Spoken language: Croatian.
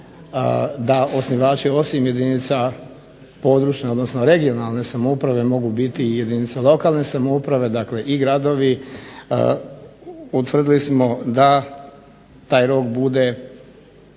da osnivači osim jedinica područne odnosno regionalne samouprave mogu biti i jedinice lokalne samouprave, dakle i gradovi. Utvrdili smo da taj rok bude